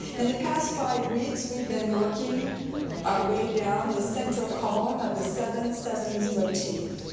in the past five weeks we've been working our way down the central column of the seven-sevens motif.